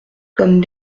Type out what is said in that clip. comme